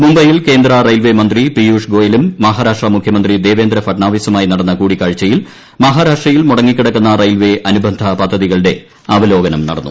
മുംബൈയിൽ കേന്ദ്ര റെയിൽവേ മന്ത്രി പീയുഷ് ഗോയലും മഹാരാഷ്ട്ര മുഖൃമന്ത്രി ദേവന്ദ്ര ഫട്നാവിസുമായി നടന്ന കൂടിക്കാഴ്ചയിൽ മഹാരാഷ്ട്രയിൽ മുടങ്ങിക്കിടക്കുന്ന റെയിൽവേ അനുബന്ധ പദ്ധതികളുടെ അവലോകനം നടന്നു